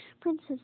Princess